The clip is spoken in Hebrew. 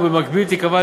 ובמקביל תיקבע,